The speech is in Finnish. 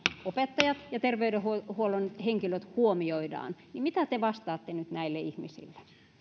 opettajat ja terveydenhuollon henkilöt huomioidaan niin mitä te vastaatte nyt näille ihmisille